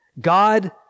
God